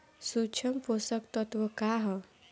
सूक्ष्म पोषक तत्व का ह?